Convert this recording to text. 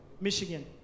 Michigan